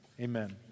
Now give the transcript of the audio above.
Amen